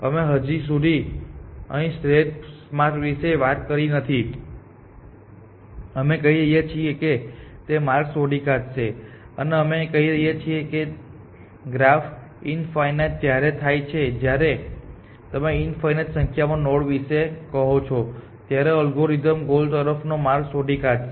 અમે હજી સુધી અહીં શ્રેષ્ઠ માર્ગ વિશે વાત કરી નથી અમે કહી રહ્યા છીએ કે તે માર્ગ શોધી કાઢશે અને અમે કહી રહ્યા છીએ કે ગ્રાફ ઇન્ફાઇનાઇટ ત્યારે થાય છે જ્યારે તમે ઇન્ફાઇનાઇટ સંખ્યામાં નોડ્સ વિશે કહો છો ત્યારે અલ્ગોરિધમ ગોલ તરફ નો માર્ગ શોધી કાઢશે